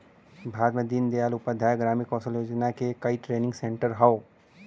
भारत में दीन दयाल उपाध्याय ग्रामीण कौशल योजना क कई ट्रेनिंग सेन्टर हौ